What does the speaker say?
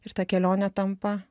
ir ta kelionė tampa